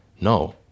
no